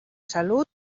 salut